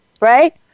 right